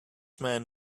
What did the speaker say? man